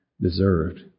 deserved